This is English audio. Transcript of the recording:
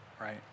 Right